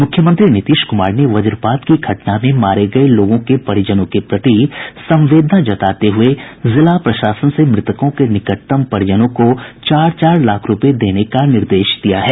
मुख्यमंत्री नीतीश कुमार वज्रपात की घटना में मारे गये लोगों के परिजनों के प्रति संवेदना जताते हुए जिला प्रशासन से मृतकों के निकटतम परिजनों को चार चार लाख रूपये देने का निर्देश दिया है